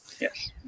Yes